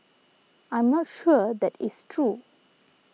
I'm not sure that is true